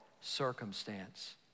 circumstance